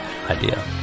idea